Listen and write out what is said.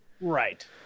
Right